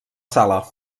sala